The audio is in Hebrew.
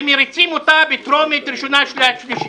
ומריצים אותה בטרומית, ראשונה, שנייה ושלישית.